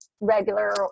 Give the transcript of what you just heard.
Regular